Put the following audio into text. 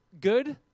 good